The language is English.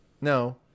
No